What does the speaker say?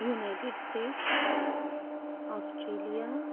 United states Australia